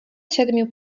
siedmiu